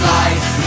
life